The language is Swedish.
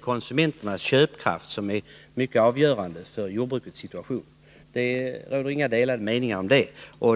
konsumenternas köpkraft naturligtvis är mycket avgörande för jordbrukets situation. Det råder inga delade meningar om det.